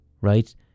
...right